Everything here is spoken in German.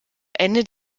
ende